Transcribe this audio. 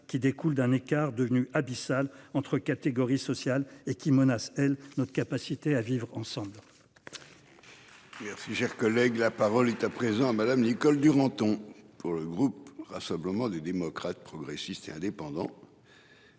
qui découle d'un écart devenu abyssal entre catégories sociales et qui menacent-elles notre capacité à vivre ensemble. Merci, cher collègue, la parole est à présent à madame Nicole Duranton pour le groupe Rassemblement des démocrates, progressistes et indépendants.